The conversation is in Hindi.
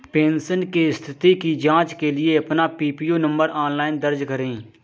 पेंशन की स्थिति की जांच के लिए अपना पीपीओ नंबर ऑनलाइन दर्ज करें